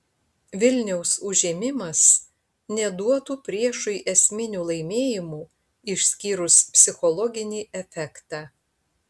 vilniaus užėmimas neduotų priešui esminių laimėjimų išskyrus psichologinį efektą